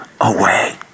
away